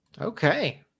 Okay